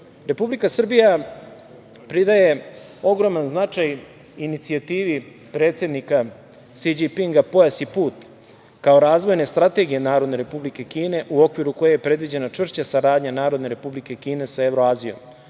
Srbije. Republika Srbija pridaje ogroman značaj inicijativi predsednika Si Đinpinga, „Pojas i put“, kao razvojne strategije Narodne Republike Kine u okviru koje je predviđena čvršća saradnja Narodne Republike Kine sa Evroazijom.